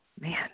man